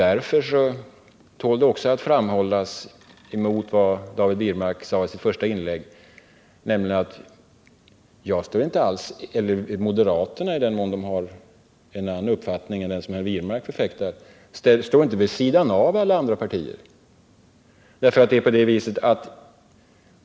Därför tål det också — gentemot vad David Wirmark sade i sitt första inlägg — framhållas att moderaterna, i den mån de har en annan uppfattning än den som David Wirmark förfäktar, inte står vid sidan av alla andra partier.